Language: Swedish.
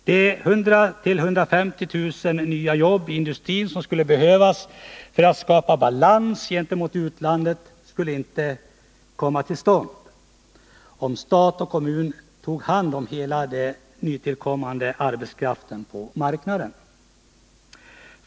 De 100 000-150 000 nya jobb i industrin som skulle behövas för att skapa balans gentemot utlandet skulle inte komma till stånd, om stat och kommun tog hand om all nytillkommande arbetskraft på marknaden.